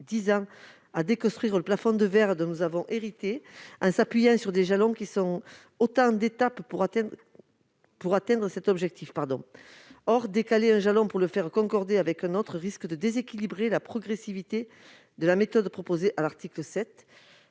dix ans, à déconstruire le plafond de verre dont nous avons hérité, en s'appuyant sur des jalons qui sont autant d'étapes pour atteindre cet objectif. Or décaler un jalon pour le faire concorder avec un autre risquerait de déséquilibrer la progressivité de la méthode proposée à l'article 7.